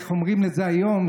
איך קוראים לזה היום?